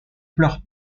pleure